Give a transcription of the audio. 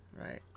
right